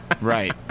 Right